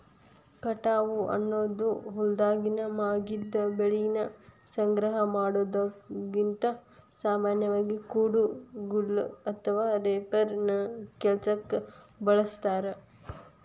ಕಟಾವು ಅನ್ನೋದು ಹೊಲ್ದಾಗಿನ ಮಾಗಿದ ಬೆಳಿನ ಸಂಗ್ರಹ ಮಾಡೋದಾಗೇತಿ, ಸಾಮಾನ್ಯವಾಗಿ, ಕುಡಗೋಲು ಅಥವಾ ರೇಪರ್ ನ ಈ ಕೆಲ್ಸಕ್ಕ ಬಳಸ್ತಾರ